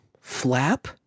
flap